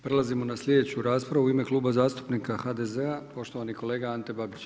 Prelazimo na slijedeću raspravu u ime Kluba zastupnika HDZ-a, poštovani kolega Ante Babić.